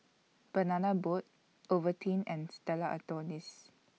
Banana Boat Ovaltine and Stella Artois